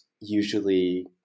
usually